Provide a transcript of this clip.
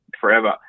forever